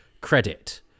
credit